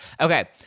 Okay